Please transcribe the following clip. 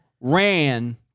ran